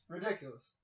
Ridiculous